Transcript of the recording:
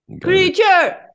Creature